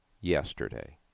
yesterday